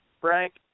Frank